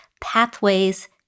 pathways